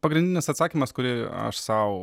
pagrindinis atsakymas kurį aš sau